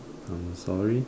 I'm sorry